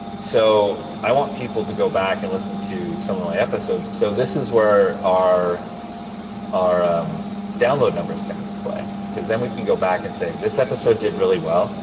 so i want people to go back and listen to some of my episodes. so this is where are our download numbers come into play. because then we can go back and say, this episode did really well,